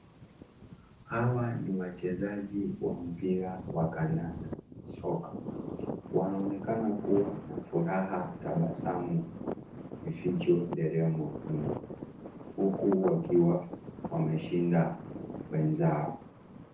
Hawa ni wachezaji wa mpira wa kandanda soka . wanaonekana kuwa na furaha, tabasamu, vifijo, nderemo nyingi. Huku wakiwa wameshinda wenzao.